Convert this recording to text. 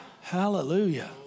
Hallelujah